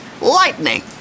lightning